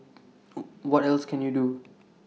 what else can you do